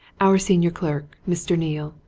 our senior clerk mr. neale,